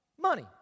Money